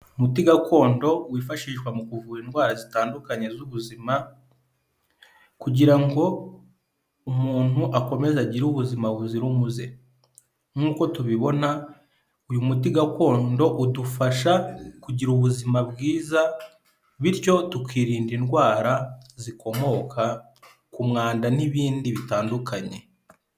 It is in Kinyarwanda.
Umuti gakondo wifashishwa mu kuvura indwara zitandukanye z'ubuzima kugira ngo umuntu akomeze agire ubuzima buzira umuze. Nk'uko tubibona uyu muti gakondo udufasha kugira ubuzima bwiza, bityo tukirinda indwara zikomoka ku mwanda n'ibindi bitandukanye.